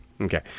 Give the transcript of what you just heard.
Okay